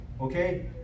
Okay